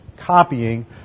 copying